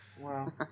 Wow